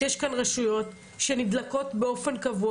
יש רשויות שנדלקות באופן קבוע,